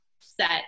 set